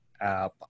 app